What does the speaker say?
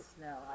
no